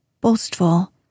boastful